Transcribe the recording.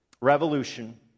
revolution